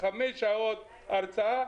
חמש שעות הרצאה,